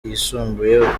yisumbuye